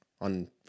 on